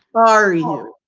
are you?